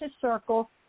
circle